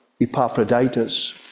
Epaphroditus